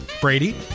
Brady